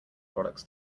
products